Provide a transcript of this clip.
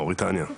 מאוריטניה,